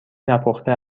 نپخته